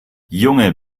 junge